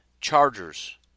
Chargers